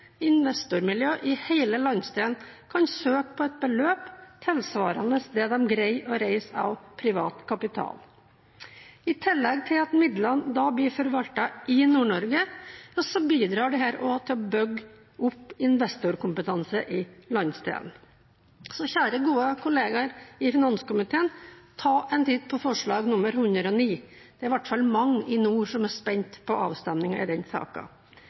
i hele landsdelen kan søke på et beløp tilsvarende det de greier å reise av privat kapital. I tillegg til at midlene da blir forvaltet i Nord-Norge, bidrar dette også til å bygge opp investorkompetanse i landsdelen. Så kjære, gode kollegaer i finanskomiteen: Ta en titt på forslag nr. 109. Det er i hvert fall mange i nord som er spente på avstemningen i